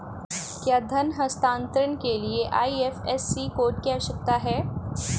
क्या धन हस्तांतरण के लिए आई.एफ.एस.सी कोड आवश्यक है?